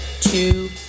two